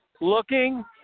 looking